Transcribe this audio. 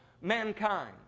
mankind